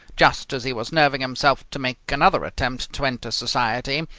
just as he was nerving himself to make another attempt to enter society,